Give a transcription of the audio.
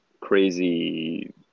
crazy